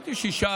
הם קולטים שישה,